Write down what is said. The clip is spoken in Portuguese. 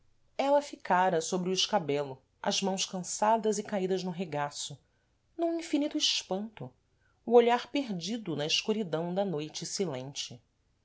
ela ficara sôbre o escabelo as mãos cansadas e caídas no regaço num infinito espanto o olhar perdido na escuridão da noite silente